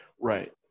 Right